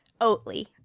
Oatly